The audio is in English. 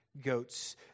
goats